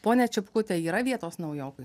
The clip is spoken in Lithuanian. ponia čipkute yra vietos naujokui